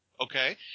Okay